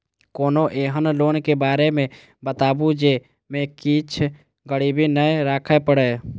कोनो एहन लोन के बारे मे बताबु जे मे किछ गीरबी नय राखे परे?